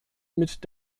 mit